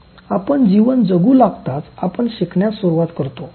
"आपण जीवन जगू लागताच आपण शिकण्यास सुरवात करतो